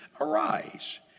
Arise